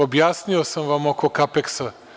Objasnio sam vam oko Kapeksa.